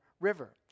River